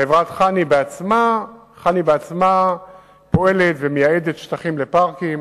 חברת "נמלי ישראל" עצמה פועלת ומייעדת שטחים לפארקים